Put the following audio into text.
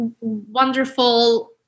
wonderful